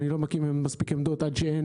אני לא מקים מספיק עמדות עד שאין